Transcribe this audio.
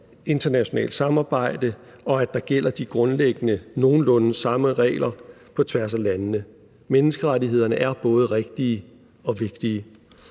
internationalt samarbejde, og at der gælder de grundlæggende nogenlunde samme regler på tværs af landene. Menneskerettighederne er både rigtige og vigtige.